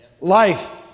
Life